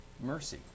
Mercy